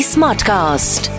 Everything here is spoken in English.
Smartcast